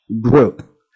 group